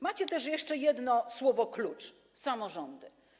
Macie też jeszcze jedno słowo klucz: samorządy.